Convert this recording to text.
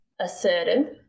assertive